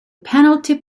penalty